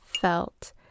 felt